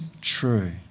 true